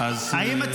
כי --- של חקיקה.